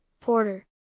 Porter